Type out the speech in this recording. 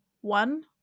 One